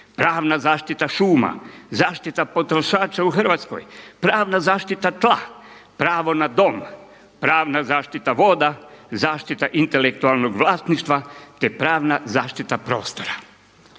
„Pravna zaštita šuma“, „Zaštita potrošača u Hrvatskoj“, „Pravna zaštita tla“, „Pravo na dom“, „Pravna zaštita voda“, „Zaštita intelektualnog vlasništva“ te „Pravna zaštita prostora“.